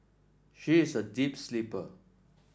she is a deep sleeper